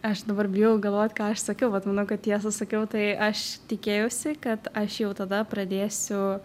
aš dabar bijau galvot ką aš sakiau bet manau kad tiesą sakiau tai aš tikėjausi kad aš jau tada pradėsiu